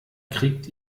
kriegt